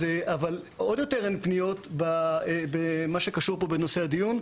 אבל עוד יותר אין פניות במה שקשור פה בנושא הדיון.